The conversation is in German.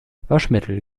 waschmittel